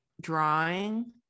drawing